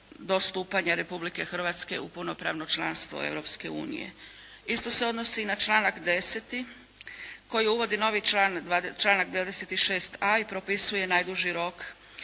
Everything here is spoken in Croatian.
Republike Hrvatske u punopravno članstvo Europske unije? Isto se odnosi na članak 10. koji uvodi novi članak 26.a i propisuje najduži rok